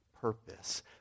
purpose